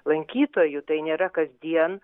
lankytojų tai nėra kasdien